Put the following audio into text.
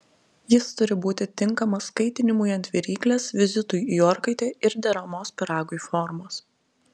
jis turi būti tinkamas kaitinimui ant viryklės vizitui į orkaitę ir deramos pyragui formos